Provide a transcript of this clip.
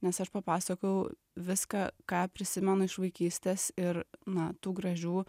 nes aš papasakojau viską ką prisimenu iš vaikystės ir na tų gražių